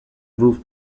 roof